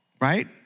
Right